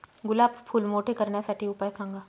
गुलाब फूल मोठे करण्यासाठी उपाय सांगा?